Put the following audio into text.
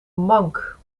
mank